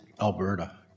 Alberta